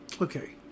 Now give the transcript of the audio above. Okay